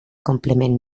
complement